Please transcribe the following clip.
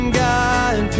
god